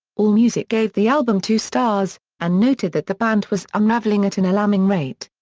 allmusic gave the album two stars, and noted that the band was unravelling at an alarming rate.